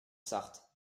sarthe